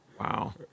Wow